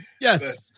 Yes